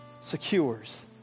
secures